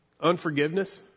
unforgiveness